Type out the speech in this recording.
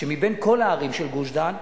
שבין כל הערים של גוש-דן,